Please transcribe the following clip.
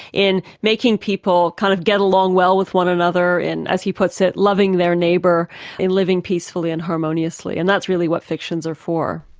in making people kind of get along well with one another, and, as he puts it, loving their neighbour and living peacefully and harmoniously. and that's really what fictions are for.